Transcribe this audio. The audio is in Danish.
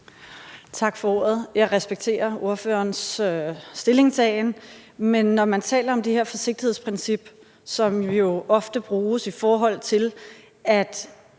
Tak for ordet. Jeg respekterer ordførerens standpunkt, men når man taler om det her forsigtighedsprincip, som jo ofte bruges, i forhold til at